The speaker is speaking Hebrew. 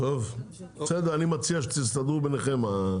בסדר, אני מציע שתסתדרו ביניכם.